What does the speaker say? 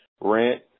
rent